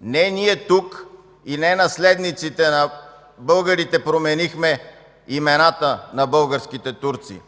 Не ние тук и не наследниците на българите променихме имената на българските турци!